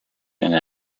and